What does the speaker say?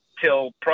till